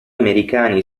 americani